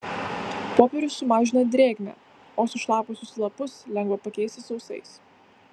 popierius sumažina drėgmę o sušlapusius lapus lengva pakeisti sausais